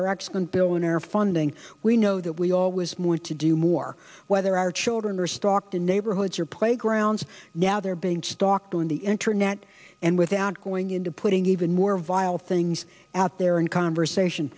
our excellent billionaire funding we know that we always more to do more whether our children are stalked in neighborhoods or playgrounds now they're being stalked on the internet and without going into putting even more vile things out there in conversation